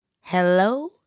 Hello